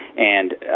and